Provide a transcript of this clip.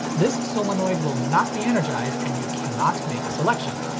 this solenoid will not be energized and you cannot make a selection.